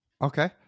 Okay